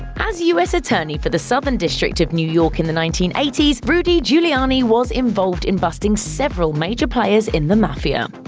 as u s. attorney for the southern district of new york in the nineteen eighty s, rudy giuliani was involved in busting several major players in the mafia.